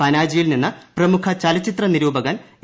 പനാജിയിൽ നിന്ന് പ്രമുഖ ചലച്ചിത്ര് നിരൂപകൻ എ